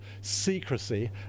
secrecy